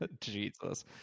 Jesus